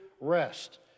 rest